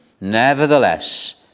Nevertheless